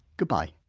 goodbye